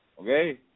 Okay